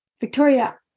Victoria